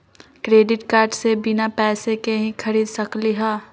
Credit card से बिना पैसे के ही खरीद सकली ह?